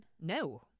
No